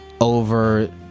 over